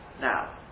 Now